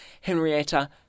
Henrietta